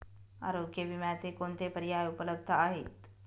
आरोग्य विम्याचे कोणते पर्याय उपलब्ध आहेत?